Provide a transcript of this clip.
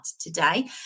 today